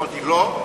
אמרתי: לא,